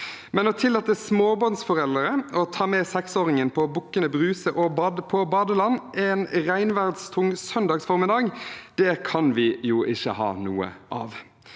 Men å tillate småbarnsforeldre å ta med 6åringen på Bukkene Bruse på badeland en regnværstung søndag formiddag, det kan vi ikke ha noe av.